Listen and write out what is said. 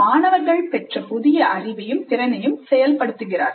மாணவர்கள் பெற்ற புதிய அறிவையும் திறமையையும் செயல்படுத்துகிறார்கள்